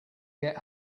get